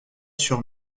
sur